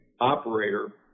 operator